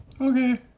Okay